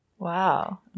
Wow